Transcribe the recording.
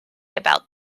about